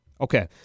Okay